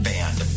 Band